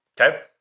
Okay